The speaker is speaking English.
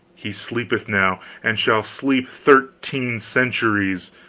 he sleepeth now and shall sleep thirteen centuries.